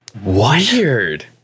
Weird